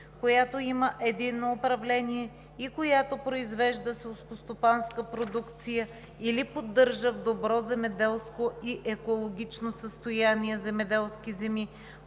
която има единно управление и която произвежда селскостопанска продукция или поддържа в добро земеделско и екологично състояние земеделски земи,